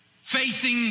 Facing